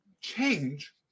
change